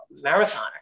marathoner